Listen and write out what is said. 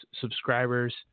subscribers